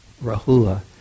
Rahula